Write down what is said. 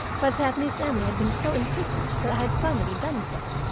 but that miss emily had been so insistent that i had finally done so.